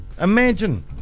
Imagine